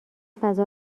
فضا